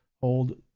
hold